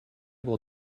will